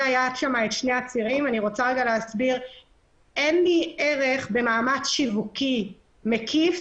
אין לי ערך במאמץ שיווקי מקיף